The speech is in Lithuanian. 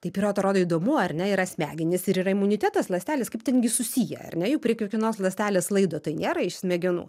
taip yra atrodo įdomu ar ne yra smegenys ir yra imunitetas ląstelės kaip ten gi susiję ar ne juk prie kiekvienos ląstelės laido tai nėra iš smegenų